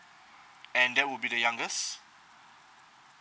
and that would be the youngest